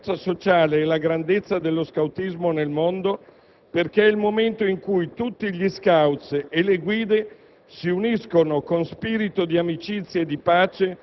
È un'occasione irripetibile per mostrare la forza sociale e la grandezza dello scoutismo nel mondo, perché è il momento in cui tutti gli *scouts* e le guide